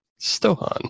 Stohan